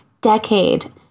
decade